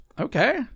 Okay